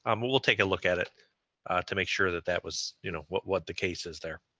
um we'll we'll take a look at it to make sure that that was you know what what the cases there.